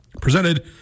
presented